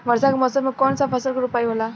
वर्षा के मौसम में कौन सा फसल के रोपाई होला?